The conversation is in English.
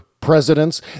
presidents